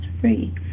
free